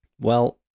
Well-